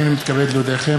הנני מתכבד להודיעכם,